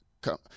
come